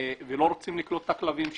ולא רוצים לקלוט את הכלבים שלהם.